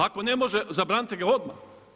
Ako ne može, zabranite ga odmah.